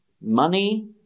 money